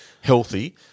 healthy